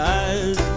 eyes